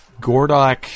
Gordok